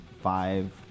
five